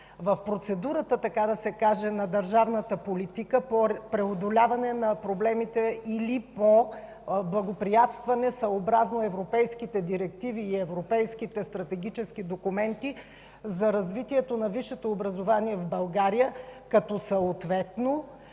в процедурата на държавната политика по преодоляването на проблемите или по благоприятстване съобразно европейските директиви и европейските стратегически документи за развитието на висшето образование в България като съответно,